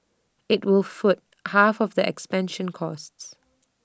IT will foot half of the expansion costs